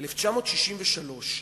1963,